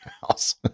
house